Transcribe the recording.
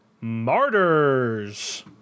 Martyrs